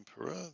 emperor